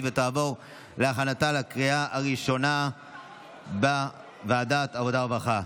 ותעבור להכנתה לקריאה הראשונה בוועדת העבודה והרווחה.